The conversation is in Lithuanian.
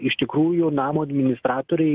iš tikrųjų namo administratoriai